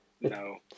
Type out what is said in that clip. no